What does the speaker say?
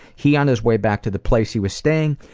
he on his way back to the place he was staying,